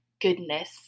goodness